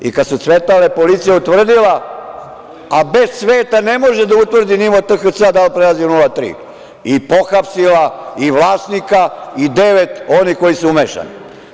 Kada su cvetale policija je utvrdila, a bez cveta ne može da utvrdi nivo THC da li prelazi 0,3 i pohapsila i vlasnika i devet onih koji su umešani.